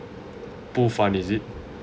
pooled fund is it